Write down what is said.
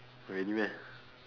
really meh